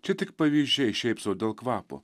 čia tik pavyzdžiai šiaip sau dėl kvapo